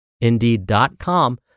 Indeed.com